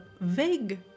vague